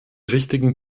richtigen